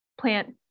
plant